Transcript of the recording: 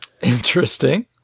Interesting